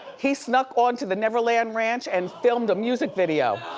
he snuck onto the neverland ranch and filmed a music video.